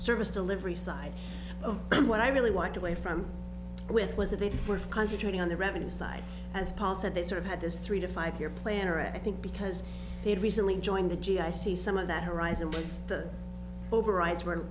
service delivery side of what i really want a way from with was that they were concentrating on the revenue side as paul said they sort of had this three to five year plan or i think because they had recently joined the g i c some of that horizon was the overrides were